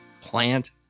plant